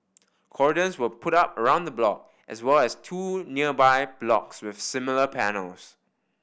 Cordons were put up around the block as well as two nearby blocks with similar panels